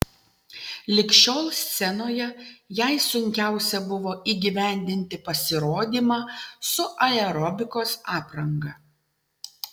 lig šiol scenoje jai sunkiausia buvo įgyvendinti pasirodymą su aerobikos apranga